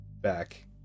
back